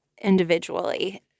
individually